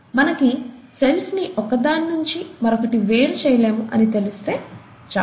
కానీ మనకి సెల్స్ని ఒకదాని నుంచి మరొకటి వేరు చేయలేము అని తెలిస్తే చాలు